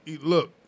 Look